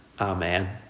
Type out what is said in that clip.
Amen